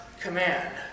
command